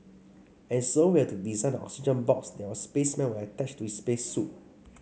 and so we had to design the oxygen box that our spaceman would attach to his space suit